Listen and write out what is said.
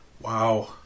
Wow